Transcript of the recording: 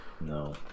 No